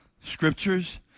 scriptures